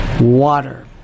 Water